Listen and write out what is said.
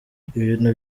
ibintu